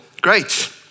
Great